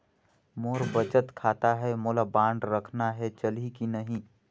मोर बचत खाता है मोला बांड रखना है चलही की नहीं?